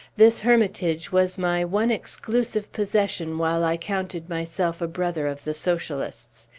this hermitage was my one exclusive possession while i counted myself a brother of the socialists.